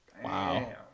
Wow